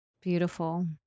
Beautiful